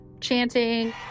chanting